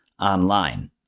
online